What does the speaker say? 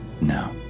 no